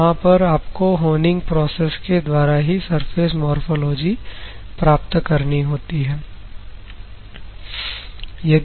वहां पर आपको होनिंग प्रोसेस के द्वारा ही सरफेस मोरफ़ोलॉजी प्राप्त करनी होती है